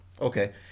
Okay